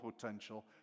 potential